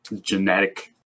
genetic